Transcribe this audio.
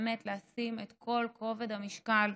באמת לשים את כל כובד המשקל על